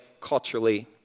culturally